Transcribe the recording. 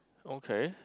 okay